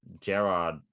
Gerard